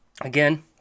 again